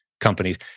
companies